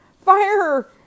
Fire